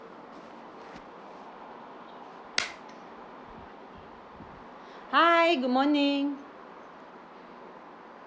hi good morning